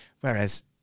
whereas